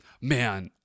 Man